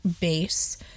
base